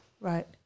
right